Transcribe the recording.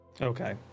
Okay